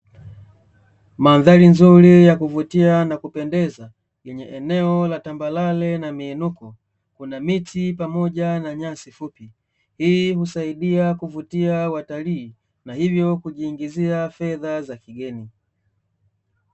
Mandhari nzuri ya kuvutia na kupendeza, yenye eneo la tambarare na miinuko, kuna miti pamoja na nyasi fupi. Hii husaidia kuvutia watalii na hivyo kujiingizia fedha za kigeni.